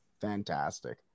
Fantastic